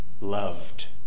loved